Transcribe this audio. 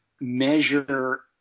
measure